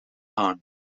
aan